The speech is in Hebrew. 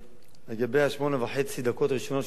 לגבי שמונה וחצי הדקות הראשונות שדיברת,